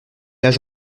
âge